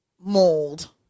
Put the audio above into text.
mold